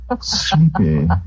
sleepy